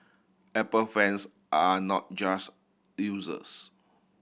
apple fans are not just users